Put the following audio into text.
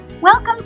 Welcome